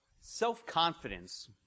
Self-confidence